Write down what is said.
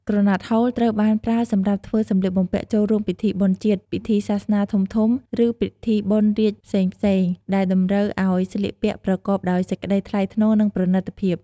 ក្រណាត់ហូល ត្រូវបានប្រើសម្រាប់ធ្វើសម្លៀកបំពាក់ចូលរួមពិធីបុណ្យជាតិ ពិធីសាសនាធំៗ ឬពិធីបុណ្យរាជ្យផ្សេងៗ ដែលតម្រូវឱ្យស្លៀកពាក់ប្រកបដោយសេចក្តីថ្លៃថ្នូរ និងប្រណីតភាព។